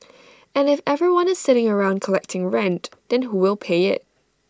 and if everyone is sitting around collecting rent then who will pay IT